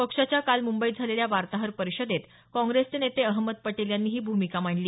पक्षाच्या काल मुंबईत झालेल्या वार्ताहर परिषदेत काँग्रेसचे नेते अहमद पटेल यांनी ही भूमिका मांडली